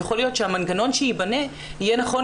יכול להיות שהמנגנון שייבנה יהיה נכון